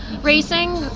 racing